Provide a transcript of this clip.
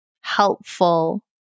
helpful